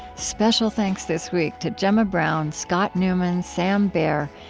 special thanks this week to jemma brown, scott newman, sam bair,